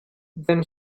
then